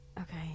Okay